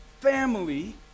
family